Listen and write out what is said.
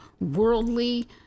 worldly